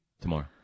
tomorrow